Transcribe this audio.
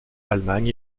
allemagne